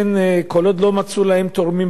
כל עוד לא מצאו להם תורמים בארץ,